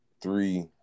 three